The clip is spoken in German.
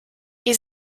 ihr